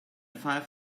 five